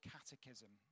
Catechism